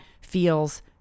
feels